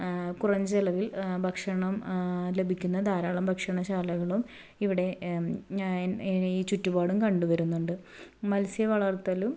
കുറഞ്ഞ ചിലവിൽ ഭക്ഷണം ലഭിക്കുന്ന ധാരളം ഭക്ഷണശാലകളും ഇവിടെ ഈ ചുറ്റുപാടും കണ്ടുവരുന്നുണ്ട് മത്സ്യ വളർത്തലും